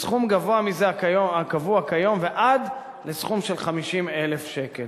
בסכום גבוה מזה הקבוע כיום ועד 50,000 שקלים.